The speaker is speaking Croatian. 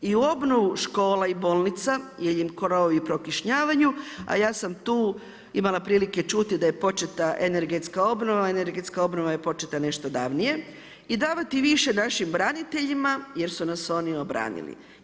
I u obnovu škola i bolnica jer im krovovi prokišnjavaju a ja sam tu imala prilike čuti da je početa energetska obnova, energetska obnova je početa nešto davnije i davati više našim braniteljima jer su nas oni obranili.